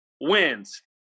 Wins